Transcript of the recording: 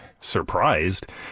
surprised